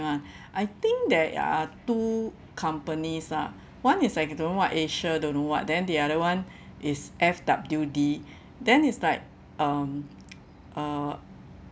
[one] I think there are two companies ah one is like don't know what asia don't know what then the other one is F_W_D then is like um uh